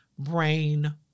Brain